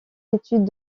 études